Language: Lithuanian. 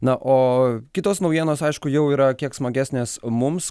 na o kitos naujienos aišku jau yra kiek smagesnės mums